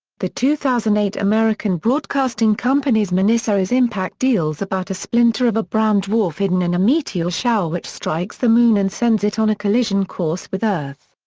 the two thousand and eight american broadcasting company's miniseries impact deals about a splinter of a brown dwarf hidden in a meteor shower which strikes the moon and sends it on a collision course with earth.